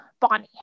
Bonnie